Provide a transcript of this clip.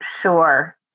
Sure